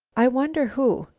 i wonder who,